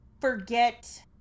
forget